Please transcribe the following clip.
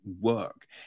work